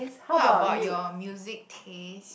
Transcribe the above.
what about your music taste